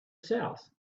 south